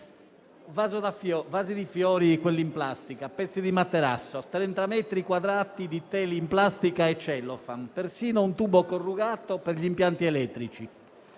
vasi di fiori in plastica, pezzi di materasso, 30 metri quadrati di teli in plastica e cellofan, persino un tubo corrugato per gli impianti elettrici.